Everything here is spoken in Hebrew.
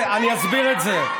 אני אסביר את זה.